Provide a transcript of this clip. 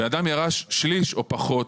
בן אדם ירש שליש או פחות,